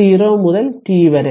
0 മുതൽ t വരെ